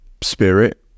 spirit